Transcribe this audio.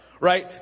Right